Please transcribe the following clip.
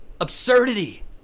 absurdity